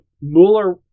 Mueller